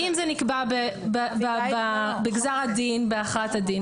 אם זה נקבע בגזר הדין, בהכרעת הדין.